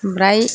ओमफ्राइ